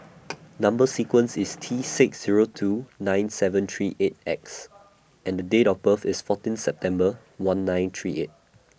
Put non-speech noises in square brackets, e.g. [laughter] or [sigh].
[noise] Number sequence IS T six Zero two nine seven three eight X and Date of birth IS fourteen September one nine three eight